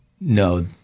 no